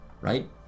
right